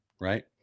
right